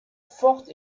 forte